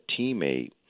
teammate